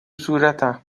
صورتم